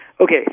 Okay